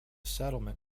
settlement